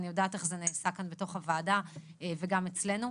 ואני יודעת איך זה נעשה כאן בתוך הוועדה וגם אצלנו,